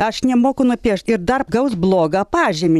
aš nemoku nupiešt ir dar gaus blogą pažymį